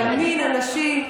למין הנשי,